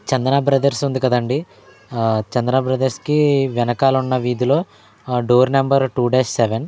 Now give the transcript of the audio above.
చందన brothers ఉంది కదండి చందన బ్రదర్స్కి వెనకాల ఉన్న వీధిలో door number two dash seven